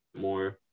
more